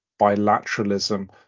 bilateralism